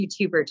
YouTuber